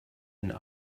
and